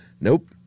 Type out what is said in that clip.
Nope